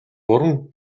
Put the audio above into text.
гурван